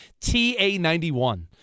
TA91